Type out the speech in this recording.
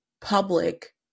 public